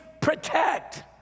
protect